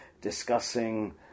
discussing